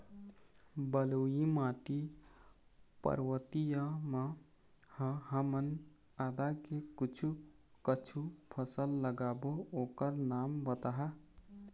बलुई माटी पर्वतीय म ह हमन आदा के कुछू कछु फसल लगाबो ओकर नाम बताहा?